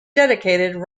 dedicated